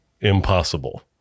impossible